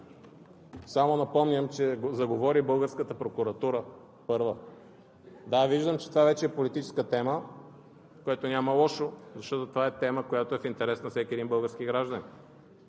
само напомням, че заговори първа българската прокуратура. Да, виждам, че това вече е политическа тема, в което няма лошо, защото това е тема, която е в интерес на всеки един български гражданин.